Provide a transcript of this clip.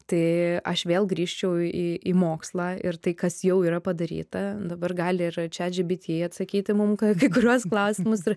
tai aš vėl grįžčiau į į mokslą ir tai kas jau yra padaryta dabar gali ir chatgbt atsakyti mum kad kai kuriuos klausimus ir